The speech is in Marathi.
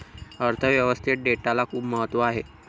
अर्थ व्यवस्थेत डेटाला खूप महत्त्व आहे